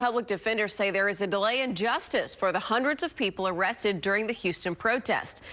public defenders say there is a delay in justice for the hundreds of people arrested during the houston protest.